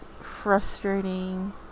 frustrating